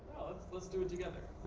let's do it together.